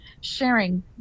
sharing